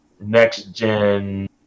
next-gen